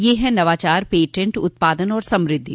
ये हैं नवाचार पेटेंट उत्पादन और समृद्धि